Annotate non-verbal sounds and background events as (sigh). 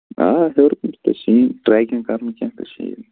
آ ہیوٚر کُن چھُ تَتہِ شیٖن ٹرٛیکِنٛگ کَرٕنۍ (unintelligible) شیٖن